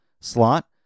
slot